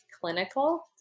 clinical